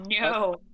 no